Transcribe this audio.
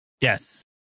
Yes